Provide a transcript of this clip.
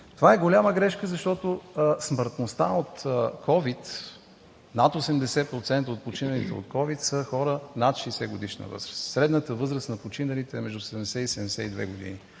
Това е голяма грешка, защото смъртността от ковид – над 80% от починалите от ковид са хора над 60-годишна възраст. Средната възраст на починалите е между 70 и 72 години.